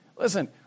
listen